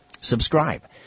subscribe